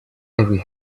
every